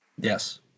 Yes